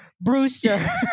Brewster